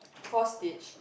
cross stitch